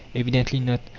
evidently not!